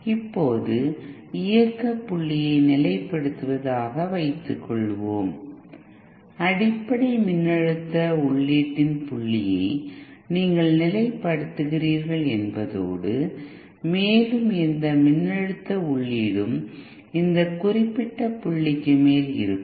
இப்பொழுது இயக்க புள்ளியை நிலைப்படுத்துவது ஆக வைத்துக் கொள்வோம் அடிப்படை மின்னழுத்த உள்ளீட்டின் புள்ளியை நீங்கள் நிலை படுத்துகிறீர்கள் என்பதோடு மேலும் எந்த மின்னழுத்த உள்ளீடும் இந்த குறிப்பிட்ட புள்ளிக்கு மேல் இருக்கும்